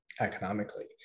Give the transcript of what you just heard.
economically